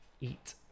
eat